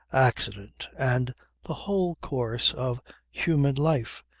accident and the whole course of human life,